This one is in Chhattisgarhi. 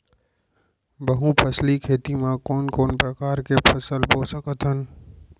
बहुफसली खेती मा कोन कोन प्रकार के फसल बो सकत हन?